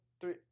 three